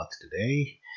today